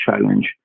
challenge